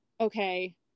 okay